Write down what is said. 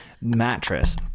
mattress